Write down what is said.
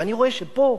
ואני רואה שפה,